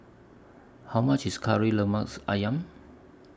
How much IS Kari Lemath Ayam